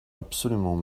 absolument